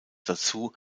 dazu